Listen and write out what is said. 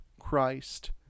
Christ